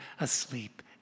asleep